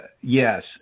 yes